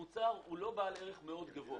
המוצר הוא לא בעל ערך מאוד גבוה.